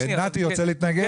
נתי, רוצה להתנגד?